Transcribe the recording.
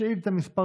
שאילתה מס'